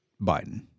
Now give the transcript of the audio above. Biden